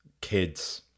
kids